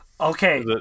Okay